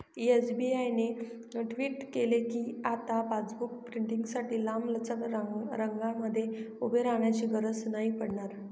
SBI ने tweet केल कीआता पासबुक प्रिंटींगसाठी लांबलचक रंगांमध्ये उभे राहण्याची गरज नाही पडणार